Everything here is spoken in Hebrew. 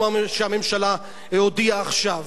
כמו שהממשלה הודיעה עכשיו,